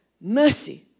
mercy